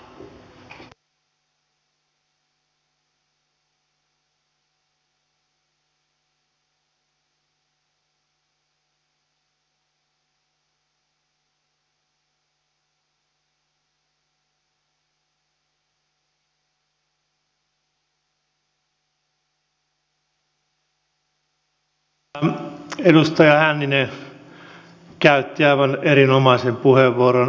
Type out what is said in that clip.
täällä edustaja hänninen käytti aivan erinomaisen puheenvuoron